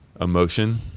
emotion